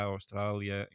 Austrália